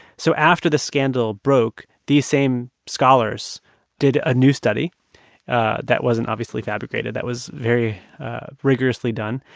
so after the scandal broke, these same scholars did a new study that wasn't obviously fabricated, that was very rigorously done.